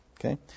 Okay